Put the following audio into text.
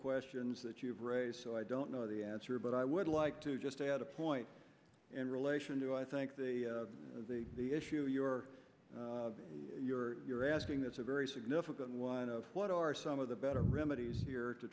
questions that you've raised so i don't know the answer but i would like to just add a point in relation to i think the the the issue you're you're you're asking that's a very significant one of what are some of the better remedies here to